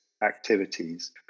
activities